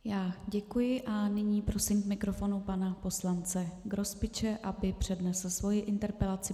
Já děkuji a nyní prosím k mikrofonu pana poslance Grospiče, aby přednesl svoji interpelaci.